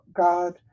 God